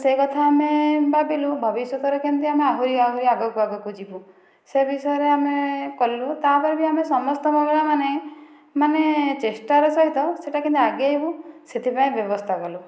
ସେକଥା ଆମେ ଭାବିଲୁ ଭବିଷ୍ୟତରେ କେମିତି ଆମେ ଆହୁରି ଆହୁରି ଆଗକୁ ଆଗକୁ ଯିବୁ ସେ ବିଷୟରେ ଆମେ କଲୁ ତାପରେବି ଆମେ ସମସ୍ତ ମହିଳାମାନେ ମାନେ ଚେଷ୍ଟାର ସହିତ ସେଟା କେମିତି ଆଗେଇବୁ ସେଥିପାଇଁ ବ୍ୟବସ୍ଥା କଲୁ